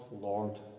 Lord